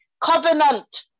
Covenant